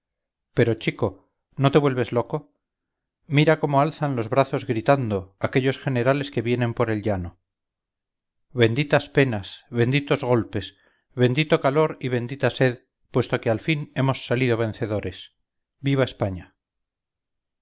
pero chico no te vuelves loco mira cómo alzan los brazos gritando aquellos generales que vienen por el llano benditas penas benditos golpes bendito calor y bendita sed puesto que al fin hemos salido vencedores viva españa